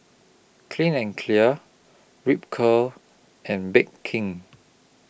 Clean and Clear Ripcurl and Bake King